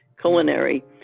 culinary